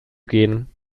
gehen